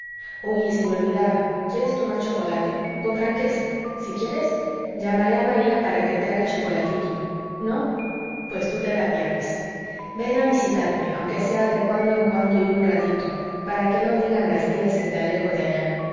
oye se me olvidaba quieres tomar chocolate con franqueza si quieres llamaré a maría para que te haga el chocolatito no pues tú te la pierdes ven a visitarme aunque sea de cuando en cuando y un ratito para que no digan las tías que te alejo de allá